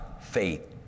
faith